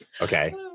Okay